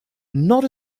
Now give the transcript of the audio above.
not